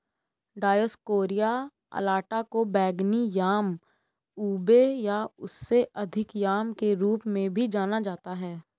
Dioscorea alata को बैंगनी yam ube या उससे अधिक याम के रूप में भी जाना जाता है